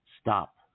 stop